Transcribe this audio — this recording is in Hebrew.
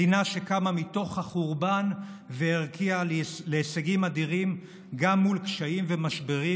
מדינה שקמה מתוך החורבן והרקיעה להישגים אדירים גם מול קשיים ומשברים,